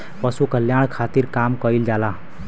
पशु कल्याण खातिर काम कइल जाला